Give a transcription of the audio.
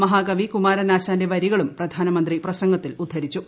മഹാകവി കുമാരനാശാന്റെ വരികളും പ്രധാനമന്ത്രി പ്രസംഗത്തിൽ ഉദ്ധരിച്ചു